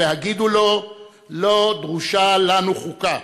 והגידו לו: לא דרושה לנו חוקה.